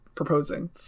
proposing